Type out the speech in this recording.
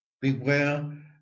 beware